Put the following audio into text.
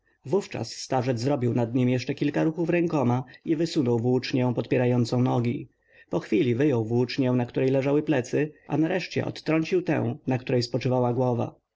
wówczas starzec zrobił nad nim jeszcze kilka ruchów rękoma i wysunął włócznię podpierającą nogi po chwili wyjął włócznię na której leżały plecy a nareszcie odtrącił tę na której spoczywała głowa